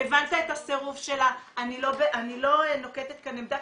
"הבנת את הסירוב שלה?" אני לא נוקטת כאן עמדה,